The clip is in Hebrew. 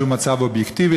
שהוא מצב אובייקטיבי,